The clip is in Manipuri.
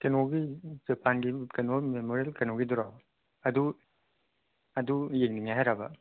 ꯀꯩꯅꯣꯒꯤ ꯖꯄꯥꯟꯒꯤ ꯀꯩꯅꯣ ꯃꯦꯃꯣꯔꯦꯜ ꯀꯩꯅꯣꯒꯤꯗꯨꯔꯣ ꯑꯗꯨ ꯑꯗꯨ ꯌꯦꯡꯅꯤꯡꯉꯦ ꯍꯥꯏꯔꯕ